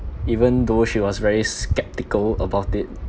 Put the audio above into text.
even though she was very s~ skeptical about it